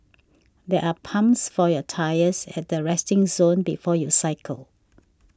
there are pumps for your tyres at the resting zone before you cycle